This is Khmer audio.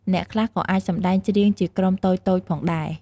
អ្នកខ្លះក៏អាចសម្ដែងច្រៀងជាក្រុមតូចៗផងដែរ។